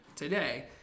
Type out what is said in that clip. today